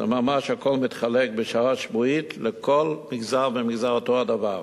ממש הכול מתחלק בשעה שבועית לכל מגזר ומגזר אותו הדבר,